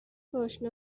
portion